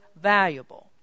valuable